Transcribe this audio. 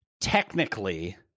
technically